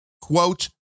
quote